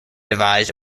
devised